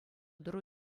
тӑру